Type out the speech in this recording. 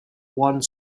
one